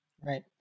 Right